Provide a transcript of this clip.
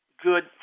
good